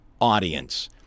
audience